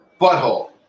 Butthole